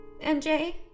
MJ